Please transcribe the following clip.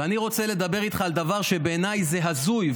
ואני רוצה לדבר איתך על דבר שבעיניי הוא הזוי,